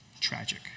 Tragic